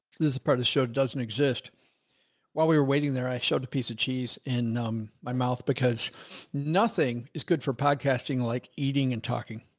this is a part of the show doesn't exist while we were waiting there. i showed a piece of cheese in um my mouth because nothing is good for podcasting, like eating and talking.